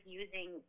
using